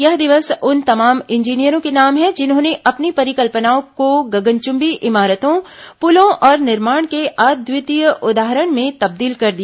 यह दिवस उन तमाम इंजीनियरों के नाम है जिन्होंने अपनी परिकल्पनाओं को गगनचुंबी इमारतों पुलों और निर्माण के अद्वितीय उदाहरणों में तब्दील कर दिया